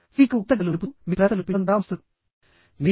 స్పీకర్కు కృతజ్ఞతలు తెలుపుతూ మీరు ప్రశంసలు చూపించడం ద్వారా ముగుస్తుంది